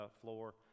floor